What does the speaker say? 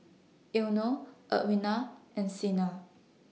Eino Edwina and Sina